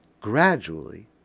gradually